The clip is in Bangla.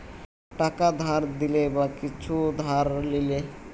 টাকা ধার দিলে বা কিছু ধার লিলে